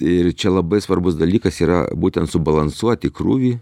ir čia labai svarbus dalykas yra būtent subalansuoti krūvį